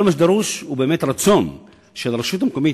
כל מה שדרוש הוא רצון של הרשות המקומית,